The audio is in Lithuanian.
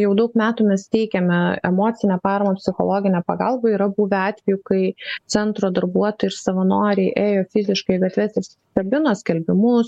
jau daug metų mes teikiame emocinę paramą psichologinę pagalbą yra buvę atvejų kai centro darbuotojai ir savanoriai ėjo fiziškai į gatves ir kabino skelbimus